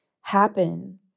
happen